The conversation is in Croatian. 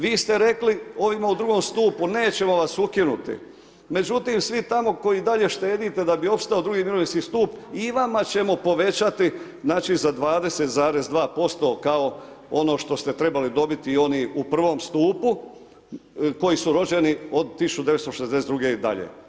Vi ste rekli ovima u drugom stupu nećemo vas ukinuti, međutim svi tamo koji dalje štedite da bi opstao drugi mirovinski stup, i vama ćemo povećati za 20,2% kao ono što ste trebali dobiti i oni u prvom stupu koji su rođeni od 1962. i dalje.